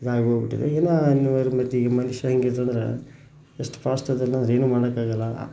ಇದಾಗಿ ಹೋಗ್ಬಿಟ್ಟಿದೆ ಏನೋ ಅನಿವಾರ್ಯದ ಮಟ್ಟಿಗೆ ಮನ್ಷ್ರು ಹೆಂಗಿರ್ತ್ರಂದ್ರೆ ಎಷ್ಟು ಫಾಸ್ಟ್ ಅದೆಲ್ಲ ಏನೂ ಮಾಡೋಕ್ಕಾಗೋಲ್ಲ